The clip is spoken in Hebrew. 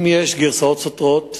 אם יש גרסאות סותרות,